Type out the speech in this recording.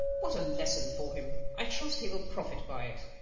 what a lesson for him! i trust he will profit by it.